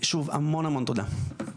שוב, המון תודה.